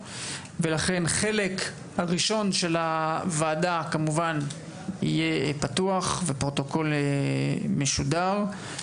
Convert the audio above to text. לכן החלק הראשון של הוועדה כמובן יהיה פתוח והפרוטוקול ישודר,